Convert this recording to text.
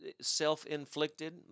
self-inflicted